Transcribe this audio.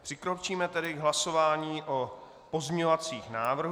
Přikročíme tedy k hlasování o pozměňovacích návrzích.